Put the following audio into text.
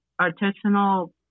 artisanal